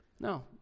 No